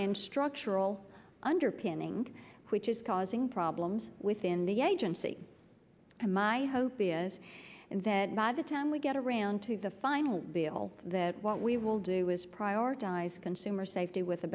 structural underpinning which is causing problems within the agency and my hope is that by the time we get around to the final bill that what we will do is prioritize consumer safety with a